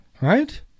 Right